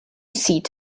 seat